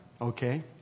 okay